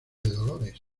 dolores